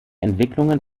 entwicklungen